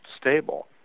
stable